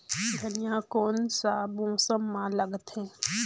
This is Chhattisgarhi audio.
धनिया कोन सा मौसम मां लगथे?